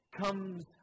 comes